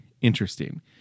interesting